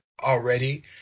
already